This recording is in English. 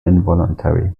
involuntary